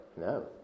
no